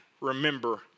remember